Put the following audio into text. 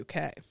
UK